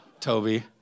Toby